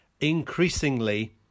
increasingly